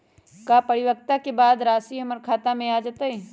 का परिपक्वता के बाद राशि हमर खाता में आ जतई?